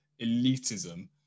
elitism